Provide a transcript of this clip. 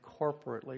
corporately